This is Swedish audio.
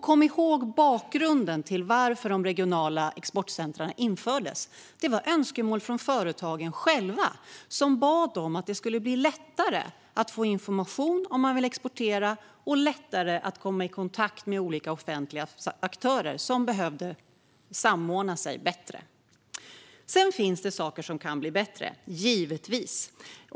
Kom ihåg bakgrunden till att de regionala exportcentrumen infördes! Det var önskemål från företagen själva. De bad om att det skulle bli lättare att få information om man vill exportera och lättare att komma i kontakt med olika offentliga aktörer som behövde samordna sig på ett bättre sätt. Det finns givetvis saker som kan bli bättre.